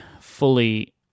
fully